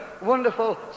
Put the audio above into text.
wonderful